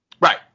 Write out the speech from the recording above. Right